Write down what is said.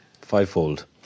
fivefold